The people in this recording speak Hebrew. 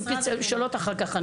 שאלות אחר כך.